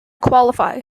qualify